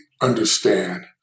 understand